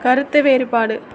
கருத்து வேறுபாடு